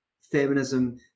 feminism